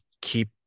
keep